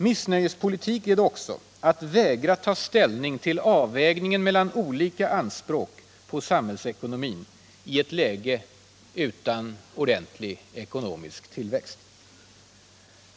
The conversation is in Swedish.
Missnöjespolitik är det också att vägra ta ställning till avvägningen mellan olika anspråk på samhällsekonomin i ett läge utan ordentlig ekonomisk tillväxt.